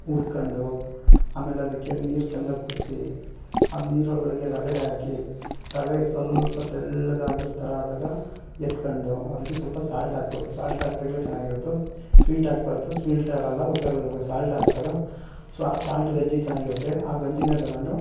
ಹುರ್ಕೊಂಡು ಆಮೇಲೆ ಅದಕ್ಕೆ ನೀರು ಚೆಂದ ಕುದಿಸಿ ಅದು ನೀರೊಳಗಡೆ ರವೆ ಹಾಕಿ ರವೆ ಸ್ವಲ್ಪ ತೆಳ್ಳಗಾಗಿರೋ ಥರ ಆದಾಗ ಎತ್ಕೊಂಡು ಅದಕ್ಕೆ ಸ್ವಲ್ಪ ಸಾಲ್ಟ್ ಹಾಕಬೇಕು ಸಾಲ್ಟ್ ಹಾಕಿದಾಗ್ಲೇ ಚೆನ್ನಾಗಿರೋದು ಸ್ವೀಟ್ ಹಾಕ್ಬಾರದು ಸ್ವೀಟ್ ಆಗಲ್ಲ ಹುಷಾರಿಲ್ದಾಗ ಸಾಲ್ಟ್ ಹಾಕಿದಾಗ ಸಾಲ್ಟ್ ಗಂಜಿ ಚೆನ್ನಾಗಿರುತ್ತೆ ಆ ಗಂಜಿನೇ ತಗೊಂಡು